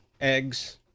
eggs